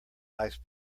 ice